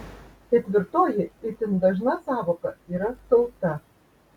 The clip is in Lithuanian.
ketvirtoji itin dažna sąvoka yra tauta